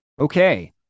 Okay